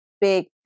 big